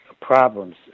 problems